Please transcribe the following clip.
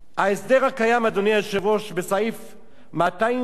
בסעיף 214 לחוק העונשין,